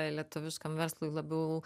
lietuviškam verslui labiau